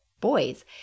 boys